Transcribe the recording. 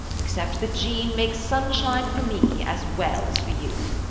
except that jean makes sunshine for me as well as for you.